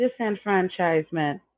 disenfranchisement